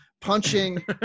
punching